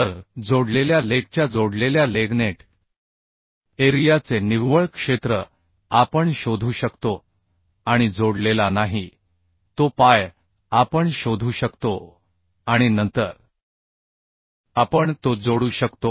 तर जोडलेल्या लेगच्या जोडलेल्या लेग नेट एरियाचे निव्वळ क्षेत्र आपण शोधू शकतो आणि जोडलेला नाही तो पाय आपण शोधू शकतो आणि नंतर आपण तो जोडू शकतो